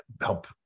help